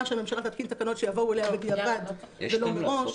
שהממשלה תתקין תקנות שתבואו אליה או בדיעבד ולא מראש,